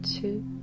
two